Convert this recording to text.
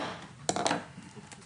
הישיבה ננעלה בשעה 11:55.